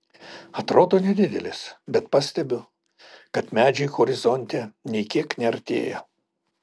atrodo nedidelis bet pastebiu kad medžiai horizonte nė kiek neartėja